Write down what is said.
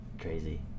crazy